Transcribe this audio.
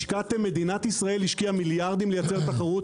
מדינת ישראל השקיעה מיליארדים לייצר תחרות.